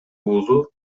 уулу